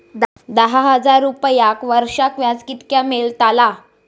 दहा हजार रुपयांक वर्षाक व्याज कितक्या मेलताला?